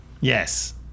Yes